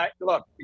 look